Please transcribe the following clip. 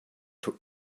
took